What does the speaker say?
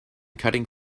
cutting